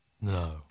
No